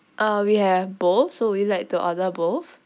uh we have both so would you like to order both